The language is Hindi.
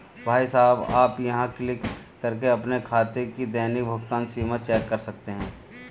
भाई साहब आप यहाँ क्लिक करके अपने खाते की दैनिक भुगतान सीमा चेक कर सकते हैं